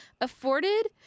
afforded